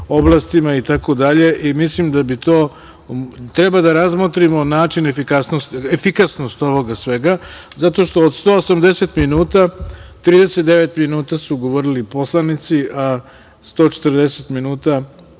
oblastima i tako dalje. Mislim da treba razmotriti efikasnost ovoga sveta zato što od 180 minuta, 39 minuta su govorili poslanici, a 140 minuta